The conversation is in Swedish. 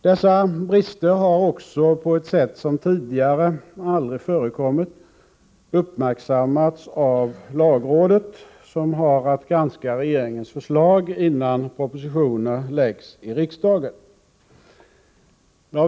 Dessa brister har på ett sätt som tidigare aldrig förekommit uppmärksammats också av lagrådet, som har att granska regeringens förslag innan propositioner föreläggs riksdagen.